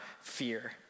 fear